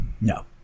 No